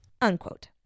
Unquote